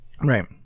right